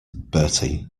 bertie